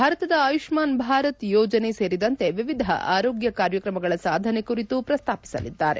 ಭಾರತದಲ್ಲಿ ಆಯುಷ್ಮಾನ್ ಭಾರತ್ ಯೋಜನೆ ಸೇರಿದಂತೆ ವಿವಿಧ ಆರೋಗ್ಯ ಕಾರ್ಯಕ್ರಮಗಳ ಸಾಧನೆ ಕುರಿತು ಪ್ರಸ್ತಾಪಿಸಲಿದ್ದಾರೆ